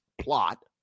plot